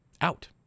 Out